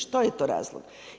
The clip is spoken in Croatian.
Što je to razlog?